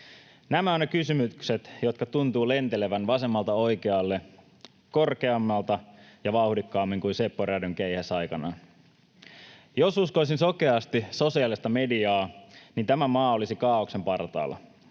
Nämä ovat ne kysymykset, jotka tuntuvat lentelevän vasemmalta oikealle, korkeammalta ja vauhdikkaammin kuin Seppo Rädyn keihäs aikanaan. Jos uskoisin sokeasti sosiaalista mediaa, niin tämä maa olisi kaaoksen partaalla.